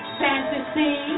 fantasy